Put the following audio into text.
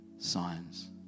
signs